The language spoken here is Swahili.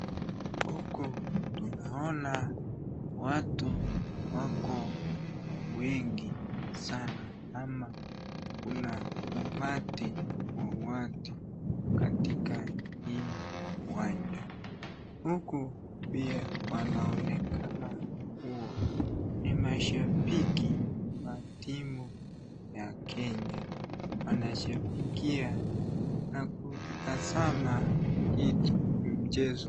Huku ninaona watu wako wengi sana ama kuna umati wa watu katika hii uwanja. Huku pia wanaonekana kuwa ni mashabiki wa timu ya kenya wanashabikia kitu ni mchezo.